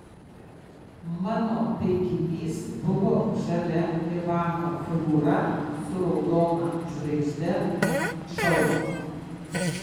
mano taikinys buvo žalia ivano figūra su raudona žvaigžde ant šalmo